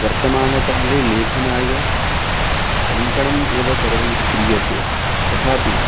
वर्तमानकाले लेखनाय टङ्कनम् एव सर्वैः क्रियते तथापि